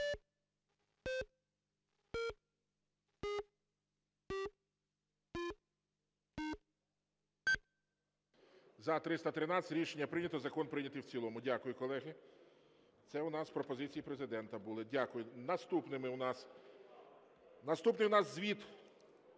За-313 Рішення прийнято. Закон прийнятий в цілому. Дякую, колеги. Це у нас пропозиції Президента були. Дякую. Наступними у нас звіт